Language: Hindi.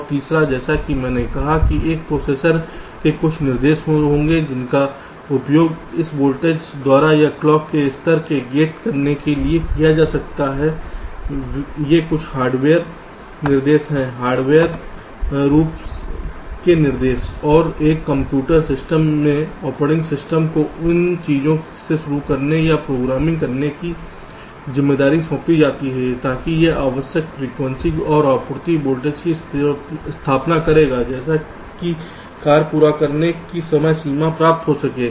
और तीसरा जैसा कि मैंने कहा कि एक प्रोसेसर में कुछ निर्देश होंगे जिनका उपयोग इस वोल्टेज या क्लॉक के स्तर को सेट करने के लिए किया जा सकता है ये कुछ हार्डवेयर निर्देश हैं हार्डवेयर स्तर के निर्देश और एक कंप्यूटर सिस्टम में ऑपरेटिंग सिस्टम को इन चीजों को शुरू करने या प्रोग्रामिंग करने की जिम्मेदारी सौंपी जा सकती है ताकि यह आवश्यक फ्रीक्वेंसी और आपूर्ति वोल्टेज की स्थापना करेगा जैसे कि कार्य पूरा करने की समय सीमा प्राप्त हो सके